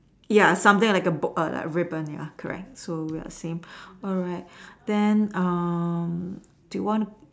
ya something like a ribbon ya correct we are the same alright then um do you want to